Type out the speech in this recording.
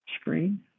screen